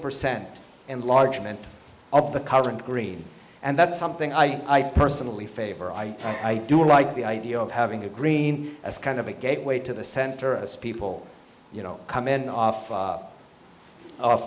percent and large amount of the current green and that's something i personally favor i do like the idea of having a green as kind of a gateway to the center as people you know come in off